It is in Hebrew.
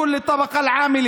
לכל שכבת העובדים,